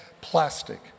plastic